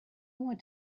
want